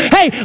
Hey